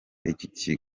iki